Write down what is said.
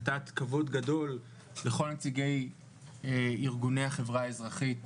נתת כבוד גדול לכל נציגי ארגוני החברה האזרחית.